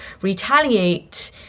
retaliate